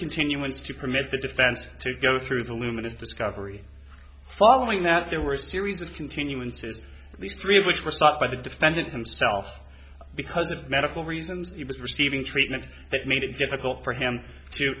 continuance to permit the defense to go through the luminous discovery following that there were series of continuances at least three of which were sought by the defendant himself because of medical reasons he was receiving treatment that made it difficult for him to